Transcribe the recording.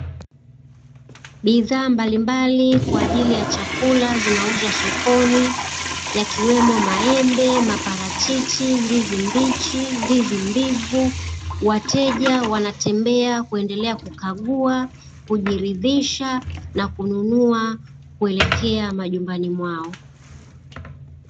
Bidhaa mbalimbali za chakula zinauzwa sokoni yakiwemo maembe, maparachichi, ndizi mbichi, ndizi mbivu. Wateja wanatembea wakiendelea kukagua kujiridhisha na kununua kuelekea majumbani mwao.